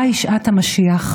השעה היא שעת המשיח.